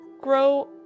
grow